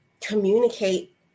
communicate